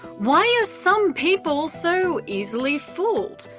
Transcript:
why are some people so easily fooled?